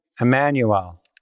Emmanuel